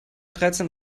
dreizehn